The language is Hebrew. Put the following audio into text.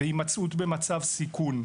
והימצאות במצב סיכון.